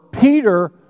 Peter